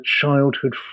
childhood